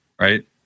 Right